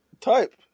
Type